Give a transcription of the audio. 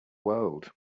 world